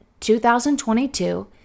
2022